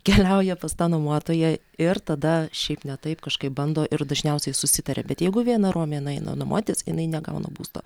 keliauja pas tą nuomotoją ir tada šiaip ne taip kažkaip bando ir dažniausiai susitaria bet jeigu viena romė nueina nuomotis jinai negauna būsto